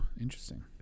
interesting